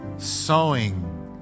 sowing